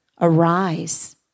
arise